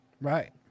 Right